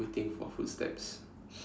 waiting for footsteps